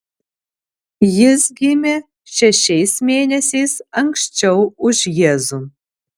jis gimė šešiais mėnesiais anksčiau už jėzų